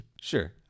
Sure